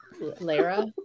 Lara